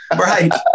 Right